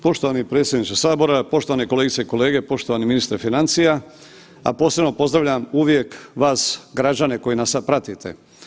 Poštovani predsjedniče sabora, poštovane kolegice i kolege, poštovani ministre financija, a posebno pozdravljam uvijek vas građane koji nas sad pratite.